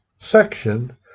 section